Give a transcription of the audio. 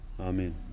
Amen